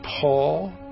Paul